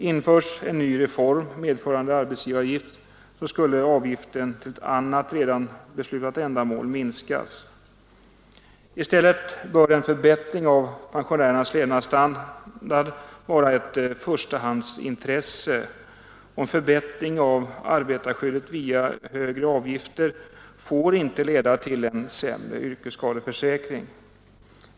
Införs en ny reform, medförande arbetsgivaravgift, skulle avgiften till ett annat redan beslutat ändamål minskas. I stället bör en förbättring av pensionärernas levnadsstandard vara ett förstahandsintresse, och en förbättring av arbetarskyddet via högre avgifter får inte leda till en sämre yrkesskadeförsäkring.